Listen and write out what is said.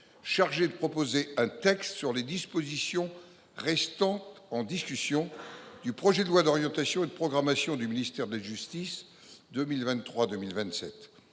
chargées de proposer un texte sur les dispositions restant en discussion du projet de loi d’orientation et de programmation du ministère de la justice 2023-2027,